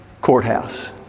courthouse